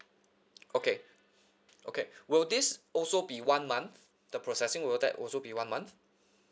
okay okay will this also be one month the processing will that also be one month